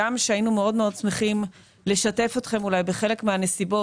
הגם שהיינו מאוד מאוד שמחים לשתף אתכם אולי בחלק מהנסיבות